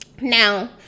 Now